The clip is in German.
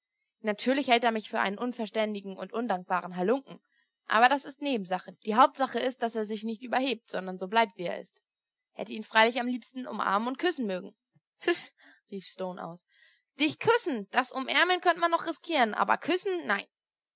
natürlich hält er mich für einen unverständigen und undankbaren halunken aber das ist nebensache die hauptsache ist daß er sich nicht überhebt sondern so bleibt wie er ist hätte ihn freilich am liebsten umarmen und küssen mögen fi rief stone aus dich küssen das umärmeln könnte man noch riskieren aber küssen nein